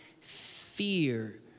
fear